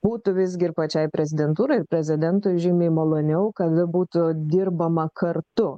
būtų visgi ir pačiai prezidentūrai prezidentui žymiai maloniau kad būtų dirbama kartu